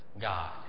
God